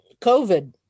COVID